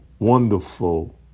wonderful